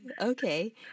Okay